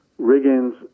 Riggins